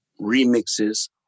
remixes